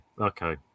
Okay